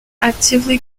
actively